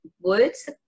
words